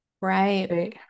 right